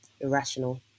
Irrational